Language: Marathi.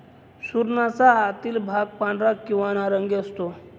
सुरणाचा आतील भाग पांढरा किंवा नारंगी असतो